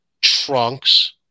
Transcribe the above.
trunks